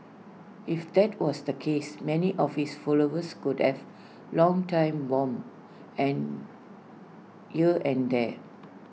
if that was the case many of his followers could have long time bomb and here and there